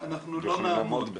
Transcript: אנחנו לא נעמוד,